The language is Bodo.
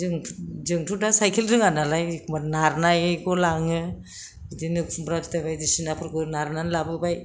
जोंथ' दा साइखेल रोङा नालाय एखमब्ला नारनायखो लाङो बिदिनो खुमब्रा फिथाय बायदिसनाखौ नारनानै लाबोबाय